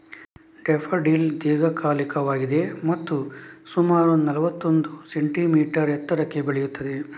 daffodil ದೀರ್ಘಕಾಲಿಕವಾಗಿದೆ ಮತ್ತು ಸುಮಾರು ನಲ್ವತ್ತೊಂದು ಸೆಂಟಿಮೀಟರ್ ಎತ್ತರಕ್ಕೆ ಬೆಳೆಯುತ್ತದೆ